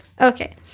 okay